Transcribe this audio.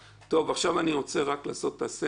נעשה סדר.